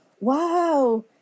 wow